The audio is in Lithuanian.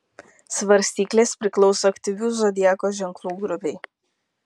svarstyklės priklauso aktyvių zodiako ženklų grupei